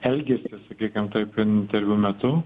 elgėsi sakykim taip interviu metu